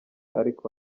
ariko